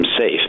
safe